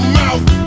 mouth